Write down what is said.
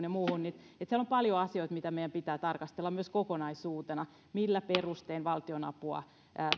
ja muuhun siellä on paljon asioita joita meidän pitää tarkastella myös kokonaisuutena millä perustein valtionapua